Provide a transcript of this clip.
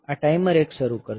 આ ટાઈમર 1 શરૂ કરશે